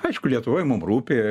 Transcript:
aišku lietuvoj mum rūpi